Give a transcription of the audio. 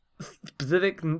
specific